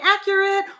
accurate